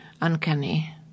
uncanny